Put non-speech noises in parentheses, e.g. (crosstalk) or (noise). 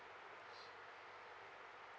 (breath)